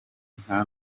nta